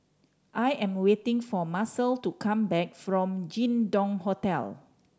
I am waiting for Marcel to come back from Jin Dong Hotel